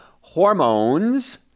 hormones